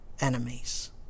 enemies